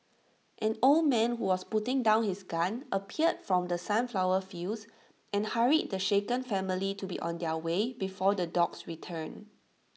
an old man who was putting down his gun appeared from the sunflower fields and hurried the shaken family to be on their way before the dogs return